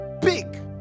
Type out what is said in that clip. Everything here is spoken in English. big